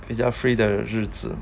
if you are free 的日子